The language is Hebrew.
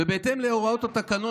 ובהתאם להוראות התקנון,